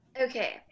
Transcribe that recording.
okay